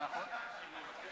חברי הכנסת, אנחנו בעמוד 803,